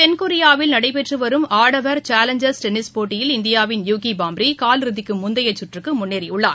தென்கொரியாவில் நடைபெற்று வரும் ஆடவர் சேலஞ்சர்ஸ் டென்னிஸ் போட்டியில் இந்தியாவின் யூகி பாம்ரி காலிறுதிக்கு முந்தைய சுற்றுக்கு முன்னேறியுள்ளார்